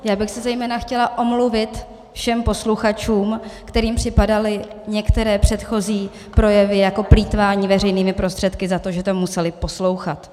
Já bych se zejména chtěla omluvit všem posluchačům, kterým připadaly některé předchozí projevy jako plýtvání veřejnými prostředky, za to, že to museli poslouchat.